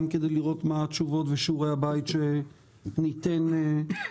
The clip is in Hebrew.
גם כדי לראות מה התשובות ושיעורי הבית שניתן לחברים.